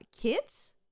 kids